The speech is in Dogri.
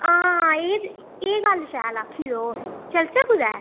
हां एह् एह् गल्ल शैल आक्खी तूं चलचै कुतै